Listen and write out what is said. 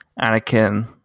Anakin